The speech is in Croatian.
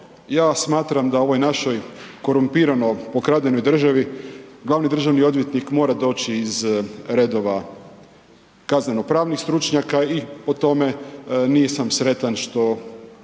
ja smatram da ovoj našoj korumpirano pokradenoj državi glavni državni odvjetnik mora doći iz redova kazneno-pravnih stručnjaka i po tome nisam sretan što